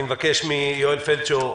אני מבקש מיואל פלדשו,